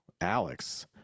Alex